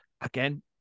Again